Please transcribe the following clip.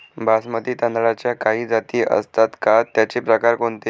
बासमती तांदळाच्या काही जाती असतात का, त्याचे प्रकार कोणते?